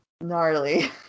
gnarly